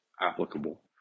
applicable